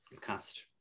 cast